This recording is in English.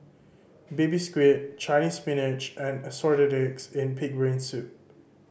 Baby Squid Chinese Spinach and Assorted Eggs and Pig's Brain Soup